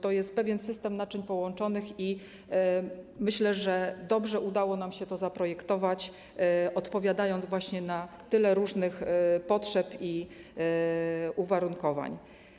To jest pewien system naczyń połączonych i myślę, że dobrze udało nam się to zaprojektować, odpowiadając właśnie na tyle różnych potrzeb i uwarunkowań.